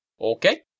Okay